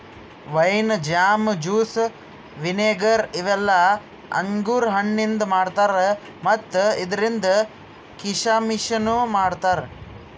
wine, jam, juice, vinegar ಇವೆಲ್ಲ ಅಂಗುರ್ ಹಣ್ಣಿಂದ್ ಮಾಡ್ತಾರಾ ಮತ್ತ್ ಇದ್ರಿಂದ್ ಕೀಶಮಿಶನು ಮಾಡ್ತಾರಾ